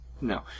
no